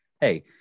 hey